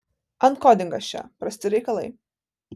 ankodingas čia prasti reikalai